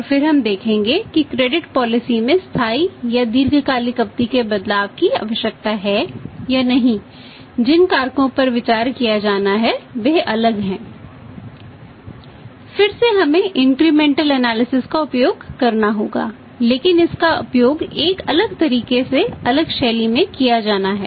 और फिर हम देखेंगे कि क्रेडिट का उपयोग करना होगा लेकिन इसका उपयोग एक अलग तरीके से अलग शैली में किया जाना है